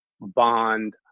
bond